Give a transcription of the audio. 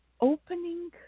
opening